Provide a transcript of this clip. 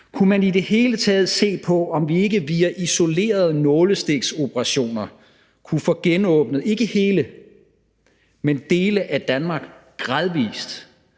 Kunne man i det hele taget se på, om vi ikke via isolerede nålestiksoperationer kunne få genåbnet, ikke hele, men dele af Danmark gradvist